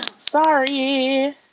sorry